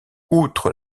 outre